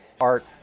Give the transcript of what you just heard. Art